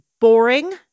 boring